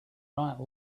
right